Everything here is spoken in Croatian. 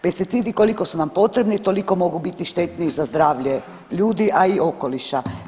Pesticidi koliko su nam potrebni toliko mogu biti štetni za zdravlje ljudi, a i okoliša.